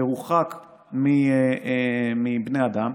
מרוחק מבני אדם,